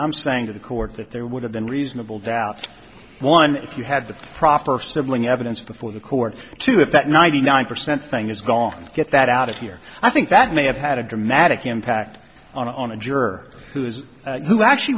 i'm saying to the court that there would have been reasonable doubt one if you have the proffer of sibling evidence before the court too if that ninety nine percent thing is gone get that out of here i think that may have had a dramatic impact on a juror who is who actually